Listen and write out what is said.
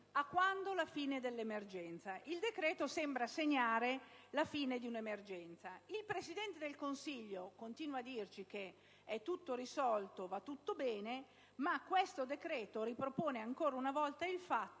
a quando la fine dell'emergenza? Il decreto sembra segnare la fine di un'emergenza. Il Presidente del Consiglio continua a dirci che è tutto risolto, va tutto bene, ma questo decreto conferma ancora una volta che